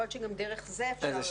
יכול להיות שגם דרך זה אפשר.